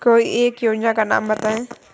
कोई एक योजना का नाम बताएँ?